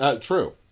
True